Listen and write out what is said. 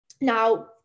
now